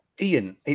Ian